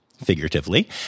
figuratively